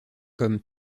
comme